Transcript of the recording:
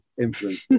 influence